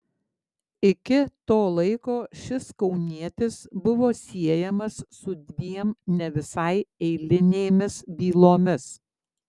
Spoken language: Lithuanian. iki to laiko šis kaunietis buvo siejamas su dviem ne visai eilinėmis bylomis